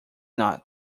not